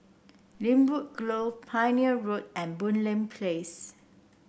Lynwood Grove Pioneer Road and Boon Lay Place